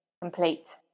complete